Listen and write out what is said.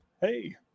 Hey